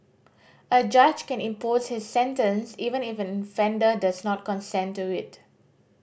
a judge can impose this sentence even if an offender does not consent to it